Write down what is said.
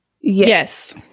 Yes